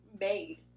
made